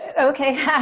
Okay